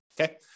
Okay